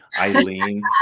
Eileen